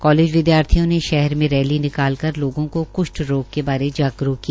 college विद्यार्थियों ने शहर में रैली निकालकर लोगों को कृष्ठ रोग बारे जागरूक किया